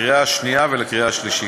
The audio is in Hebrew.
לקריאה שנייה ולקריאה שלישית.